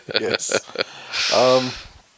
Yes